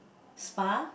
spa